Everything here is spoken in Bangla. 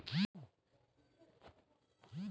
যে সব জাগা থাক্যে কার্ড ছাড়া টাকা তুলা যায়